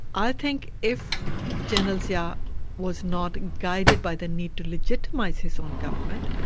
i think if general zia was not guided by the need to legitimise his own government,